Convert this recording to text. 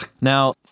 Now